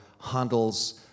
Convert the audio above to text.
Handel's